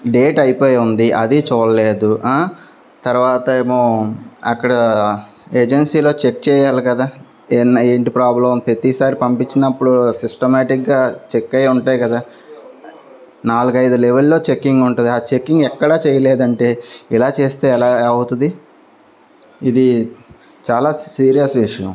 date అయిపోయి ఉంది అది చూడలేదు తర్వాత ఏమో అక్కడ ఏజెన్సీలో చెక్ చేయాలి కదా ఎ ఏంటి ప్రాబ్లం ప్రతిసారి పంపించినప్పుడు సిస్టమాటిక్గా చెక్ అయ్య ఉంటాయి కదా నాలుగైదు లెవెల్స్లో చెక్కింగ్ ఉంటుంది ఆ చెక్కింగ్ ఎక్కడా చేయలేదంటే ఇలా చేస్తే ఎలా అవుతుంది ఇది చాలా సీరియస్ విషయం